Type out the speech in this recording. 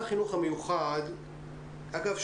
אגב,